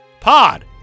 pod